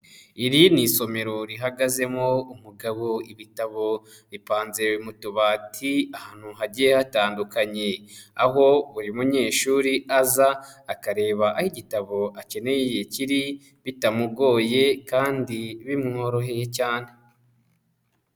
Iri ni isomero rihagazemo umugabo. Ibitabo bipanze mu tubati ahantu hagiye hatandukanye, aho buri munyeshuri aza akareba aho igitabo akeneye kiri, bitamugoye kandi bimworoheye cyane.